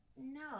No